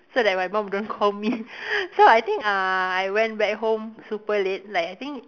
so that my mum don't call me so I think uh I went back home super late like I think